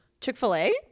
chick-fil-a